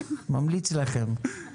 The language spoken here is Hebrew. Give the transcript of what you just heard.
אני ממליץ לכם.